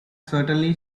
certainly